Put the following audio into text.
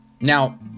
Now